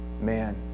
man